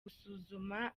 gusuzuma